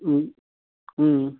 ம் ம்